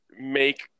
make